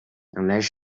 unless